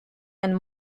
and